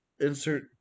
insert